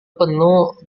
penuh